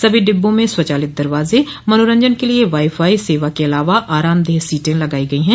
सभी डिब्बों में स्वचालित दरवाज मनोरंजन के लिए वाई फाई सेवा के अलावा आरामदेह सीटें लगाई गई हैं